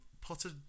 Potter